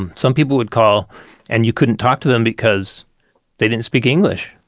and some people would call and you couldn't talk to them because they didn't speak english.